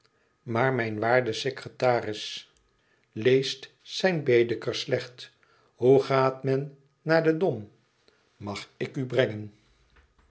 maar mijn waarde secretaris leest zijn baedeker slecht hoe gaat men naar den dom mag ik u brengen